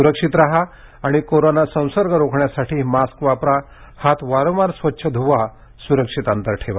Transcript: सुरक्षित राहा आणि कोरोना संसर्ग रोखण्यासाठी मास्क वापरा हात वारंवार स्वच्छ धूवा सुरक्षित अंतर ठेवा